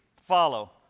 follow